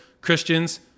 Christians